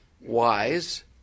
wise